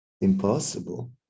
impossible